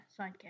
sidekick